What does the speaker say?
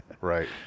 right